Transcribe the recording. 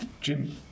Jim